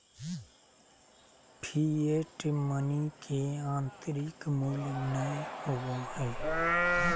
fiat money के आंतरिक मूल्य नय होबो हइ